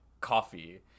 coffee